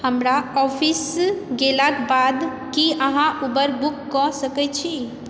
हमरा ऑफिस गेलाक बाद की अहाँ उबर बुक कऽ सकैत छी